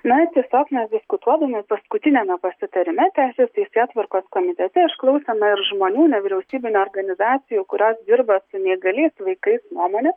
na tiesiog mes diskutuodami paskutiniame pasitarime teisės teisėtvarkos komitete išklausėme ir žmonių nevyriausybinių organizacijų kurios dirba su neįgaliais vaikais nuomonę